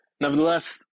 nevertheless